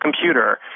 computer